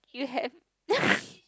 you have